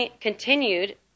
continued